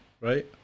right